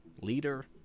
leader